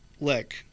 leg